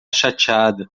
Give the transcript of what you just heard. chateada